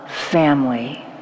Family